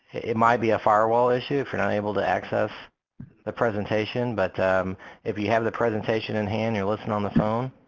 it might be a firewall issue if you're not able to access the presentation but if you have the presentation in hand you're listening on the phone.